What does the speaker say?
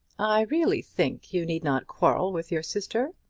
i really think you need not quarrel with your sister,